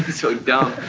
so dumb?